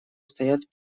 стоят